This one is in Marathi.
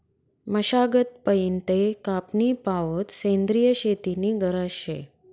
मशागत पयीन ते कापनी पावोत सेंद्रिय शेती नी गरज शे